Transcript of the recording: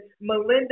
Melinda